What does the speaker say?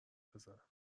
بزنم